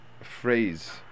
phrase